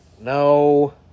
No